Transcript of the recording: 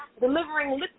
delivering